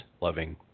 loving